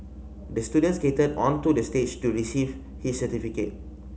the student skated onto the stage to receive his certificate